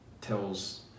tells